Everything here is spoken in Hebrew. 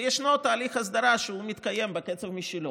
ויש תהליך הסדרה שמתקיים בקצב משלו.